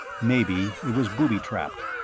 maybe it was booby-trapped.